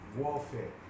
warfare